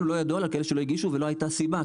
לנו לא ידוע על כאלה שלא הגישו ולא הייתה סיבה,